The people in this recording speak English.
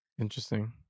Interesting